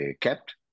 kept